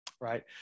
Right